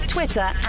Twitter